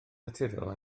naturiol